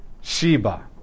Sheba